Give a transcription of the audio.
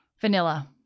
Vanilla